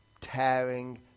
tearing